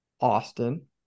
Austin